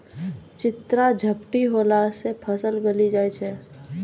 चित्रा झपटी होला से फसल गली जाय छै?